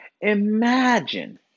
Imagine